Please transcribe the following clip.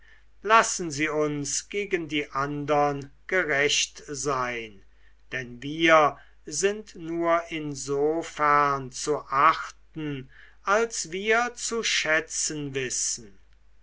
lassen sie uns gegen die andern gerecht sein denn wir sind nur insofern zu achten als wir zu schätzen wissen